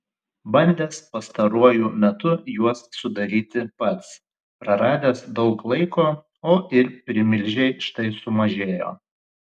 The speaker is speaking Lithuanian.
bandęs pastaruoju metu juos sudaryti pats praradęs daug laiko o ir primilžiai štai sumažėjo